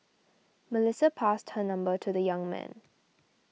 Melissa passed her number to the young man